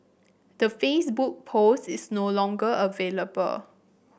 the Facebook post is no longer available